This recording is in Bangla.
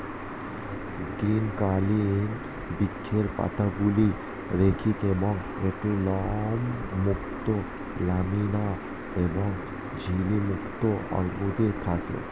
গ্রীষ্মকালীন বৃক্ষের পাতাগুলি রৈখিক এবং এতে লোমযুক্ত ল্যামিনা এবং ঝিল্লি যুক্ত অর্বুদ থাকে